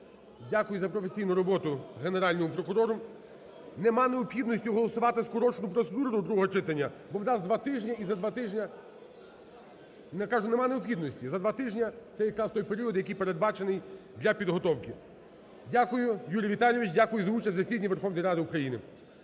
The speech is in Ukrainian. дякую за професійну роботу Генеральному прокурору. Нема необхідності голосувати скорочену процедуру до другого читання, бо в нас два тижні і за два тижні… Кажу, нема необхідності, за два тижні це якраз той період, який передбачений для підготовки. Дякую, Юрій Віталійович, дякую за участь у засіданні Верховної Ради України.